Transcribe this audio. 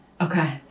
Okay